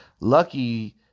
Lucky